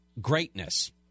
greatness